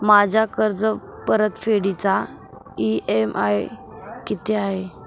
माझ्या कर्जपरतफेडीचा इ.एम.आय किती असेल?